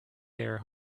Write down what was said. their